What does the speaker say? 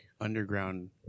underground